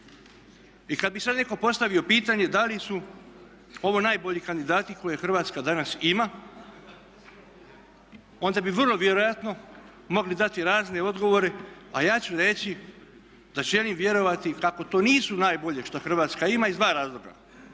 I kada bi sada netko postavio pitanje da li su ovo najbolji kandidati koje Hrvatska danas ima onda bi vrlo vjerojatno mogli dati razne odgovore, a ja ću reći da želim vjerovati kako to nisu najbolje što Hrvatska ima iz dva razloga.